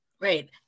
Right